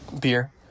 Beer